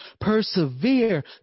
Persevere